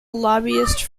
lobbyist